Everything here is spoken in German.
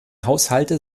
haushalte